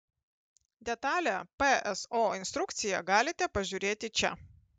detalią pso instrukciją galite pažiūrėti čia